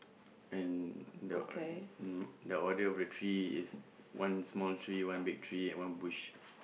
and the uh the order of the tree is one small tree one big tree and one bush